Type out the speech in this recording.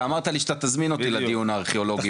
אתה אמרת לי שאתה תזמין אותי לדיון הארכיאולוגי.